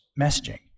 messaging